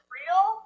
real